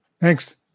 Thanks